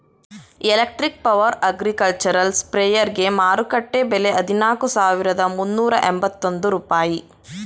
electric power agricultural ಸ್ಪ್ರೆಯರ್ಗೆ ಮಾರುಕಟ್ಟೆ ಬೆಲೆ ಹದಿನಾಲ್ಕು ಸಾವಿರದ ಮುನ್ನೂರ ಎಂಬತ್ತೊಂದು ರೂಪಾಯಿ